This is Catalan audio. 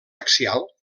axial